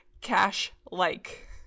cash-like